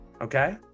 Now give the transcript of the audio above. Okay